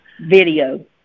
Video